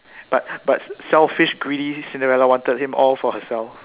but but selfish greedy Cinderella wanted him all for herself